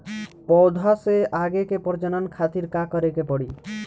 पौधा से आगे के प्रजनन खातिर का करे के पड़ी?